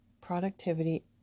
productivity